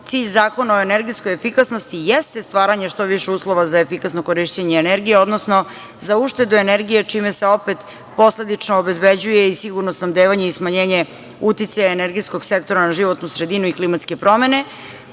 cilj Zakona o energetskoj efikasnosti jeste stvaranje što više uslova za efikasno korišćenje energije, odnosno za uštedu energije čime se opet posledično obezbeđuje i sigurno snabdevanje i smanjenje uticaja energetskog sektora na životnu sredinu i klimatske promene.